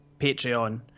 Patreon